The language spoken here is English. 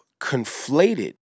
conflated